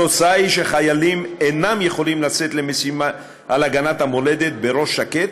התוצאה היא שחיילים אינם יכולים לצאת למשימת ההגנה על המולדת בראש שקט,